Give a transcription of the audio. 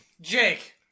Jake